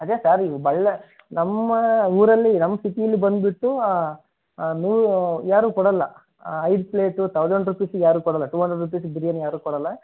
ಅದೇ ಸರ್ ನಮ್ಮ ಊರಲ್ಲಿ ನಮ್ಮ ಸಿಟಿಲಿ ಬಂದುಬಿಟ್ಟು ಯಾರೂ ಕೊಡೋಲ್ಲ ಐದು ಪ್ಲೇಟು ತೌಸಂಡ್ ರುಪೀಸಿಗೆ ಯಾರೂ ಕೊಡೋಲ್ಲ ಟೂ ಹಂಡ್ರೆಡ್ ರುಪೀಸ್ ಬಿರ್ಯಾನಿ ಯಾರೂ ಕೊಡೋಲ್ಲ